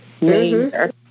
Major